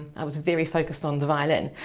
i was very focused on the violin.